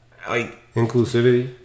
Inclusivity